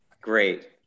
Great